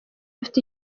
bafite